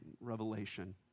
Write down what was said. revelation